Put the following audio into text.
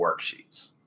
worksheets